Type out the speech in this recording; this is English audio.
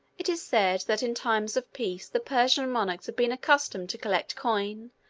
it is said that in times of peace the persian monarchs had been accustomed to collect coin,